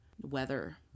weather